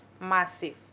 massive